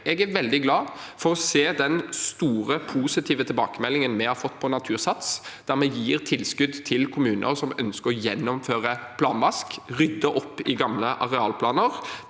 Jeg er veldig glad for å se den store positive tilbakemeldingen vi har fått på Natursats, der vi gir tilskudd til kommuner som ønsker å gjennomføre planvask, rydde opp i gamle arealplaner